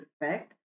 respect